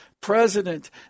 president